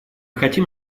хотим